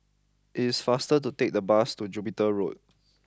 it is faster to take the bus to Jupiter Road